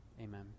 Amen